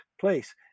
place